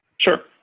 Sure